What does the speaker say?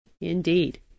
Indeed